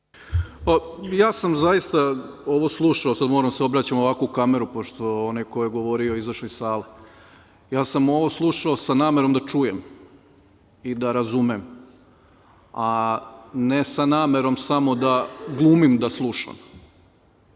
Ja sam zaista ovo slušao. Sad moram da se obraćam ovako u kameru pošto onaj ko je govorio je izašao iz sale. Ja sam ovo slušao sa namerom da čujem i da razumem, a ne sa namerom samo da glumim da slušam.